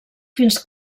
fins